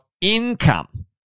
income